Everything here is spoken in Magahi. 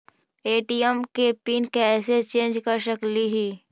ए.टी.एम के पिन कैसे चेंज कर सकली ही?